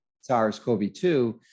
SARS-CoV-2